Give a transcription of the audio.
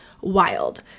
wild